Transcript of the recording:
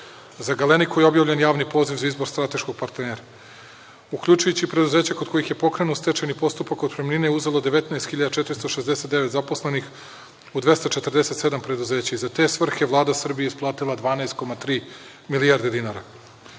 „Galeniku“ je objavljen javni poziv za izbor strateškog partnera, uključujući i preduzeća koja pokrenu stečajni postupak otpremnine je uzelo 19.469 zaposlenih u 247 preduzeća i za te svrhe Vlada Srbije je isplatila 12,3 milijarde